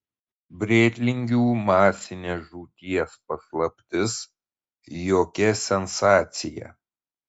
brėtlingių masinės žūties paslaptis jokia sensacija